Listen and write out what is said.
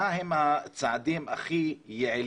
מה נראה לכם שהם הצעדים הכי יעילים